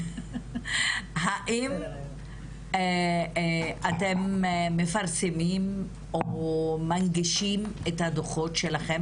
האם אתם מפרסמים או מנגישים את הדוחו"ת שלכם